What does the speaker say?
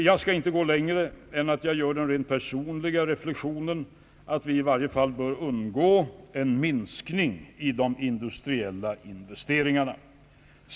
Jag skall inte gå längre än att göra den rent personliga reflexionen att vi i varje fall bör kunna undgå en minskning av de industriella investeringarna.